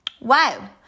Wow